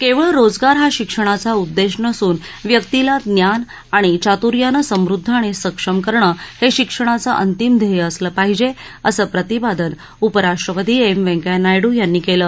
केवळ रोजगार हा शिक्षणाचा उद्देश नसून व्यक्तीला ज्ञान आणि चातुर्यानं समृद्ध आणि सक्षम करणं हे शिक्षणाचं अंतिम ध्येय असलं पाहिजे असं प्रतिपादन उपराष्ट्रपती एम व्यंकय्या नायडू यांनी केलं